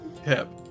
hip